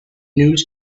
news